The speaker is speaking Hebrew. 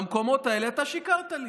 במקומות האלה אתה שיקרת לי,